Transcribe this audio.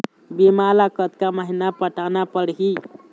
बीमा ला कतका महीना पटाना पड़ही?